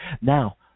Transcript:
Now